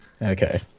Okay